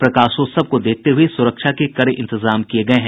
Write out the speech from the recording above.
प्रकाशोत्सव को देखते हुए सुरक्षा के कड़े इंतजाम किये गये हैं